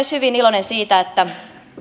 hyvin iloinen siitä että